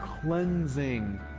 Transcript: cleansing